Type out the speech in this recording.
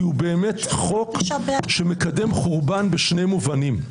כי הוא באמת חוק שמקדם חורבן בשני מובנים: